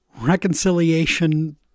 reconciliation